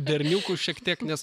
berniukų šiek tiek nes